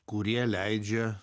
kurie leidžia